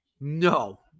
No